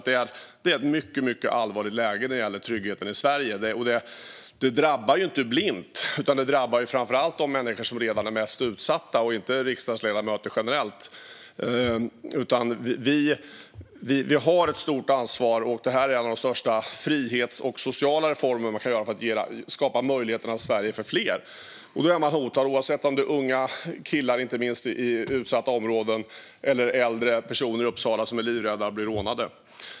Det är ett mycket allvarligt läge för tryggheten i Sverige. Det drabbar inte blint, utan det drabbar framför allt de människor som redan är utsatta, generellt inte riksdagsledamöter. Vi har ett stort ansvar, och det här är en av de största frihetsreformer och sociala reformer man kan göra för att skapa ett Sverige för fler. Människor känner sig hotade, oavsett om det är unga killar i utsatta områden eller äldre personer i Uppsala som är livrädda för att bli rånade.